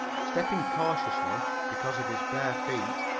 stepping cautiously, because of his bare feet,